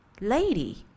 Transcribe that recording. lady